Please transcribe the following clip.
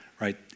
right